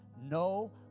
no